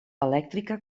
elèctrica